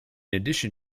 addition